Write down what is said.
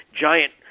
giant